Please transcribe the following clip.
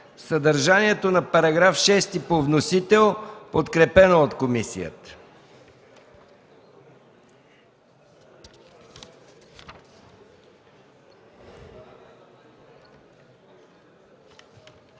съдържанието на § 6 по вносител, подкрепен от комисията.